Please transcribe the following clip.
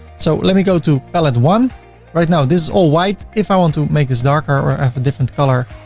so let me go to palette one right now, this is all white. if i want to make this darker or have a different color,